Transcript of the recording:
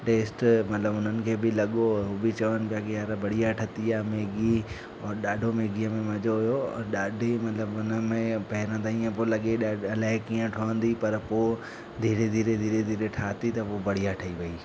taste हुयो मतिलबु हुननि खे बि लॻो हो बि चवनि पिया कि यार बढ़िया ठही आहे मैगी और ॾाढो मैगीअ में मज़ो हुयो ऐं ॾाढी मतिलबु हुन में पहिरों त ईअं पियो लॻे ॾ अलाए कीअं ठहंदी पर पोइ धीरे धीरे ठाही त पोइ बढ़िया ठही वई